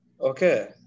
Okay